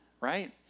right